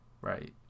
Right